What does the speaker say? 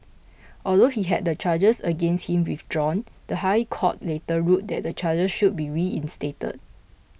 although he had the charges against him withdrawn the High Court later ruled that the charges should be reinstated